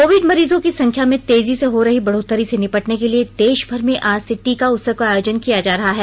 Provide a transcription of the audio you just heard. Covid मरीजों की संख्या में तेजी से हो रही बढ़ोतरी से निपटने के लिए देश भर में आज से टीका उत्सव का आयोजन किया जा रहा है